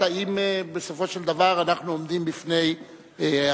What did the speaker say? אם בסופו של דבר אנחנו עומדים בפני הקביעה